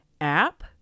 app